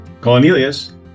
Cornelius